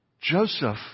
Joseph